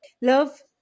Love